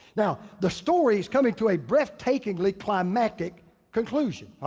now, the story is coming to a breathtakingly climactic conclusion,